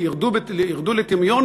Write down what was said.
ירדו לטמיון,